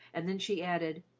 and then she added,